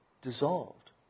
dissolved